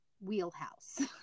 wheelhouse